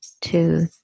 two